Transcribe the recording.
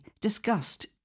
discussed